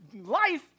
life